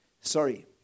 Sorry